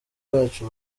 bacu